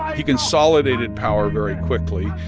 he consolidated power very quickly.